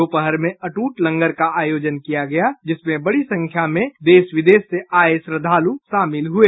दोपहर में अटूट लंगर का आयोजन किया गया जिसमें बडी संख्या में देश विदेश से आये श्रद्वालु शामिल हुए